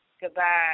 goodbye